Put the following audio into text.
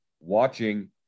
watching